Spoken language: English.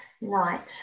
night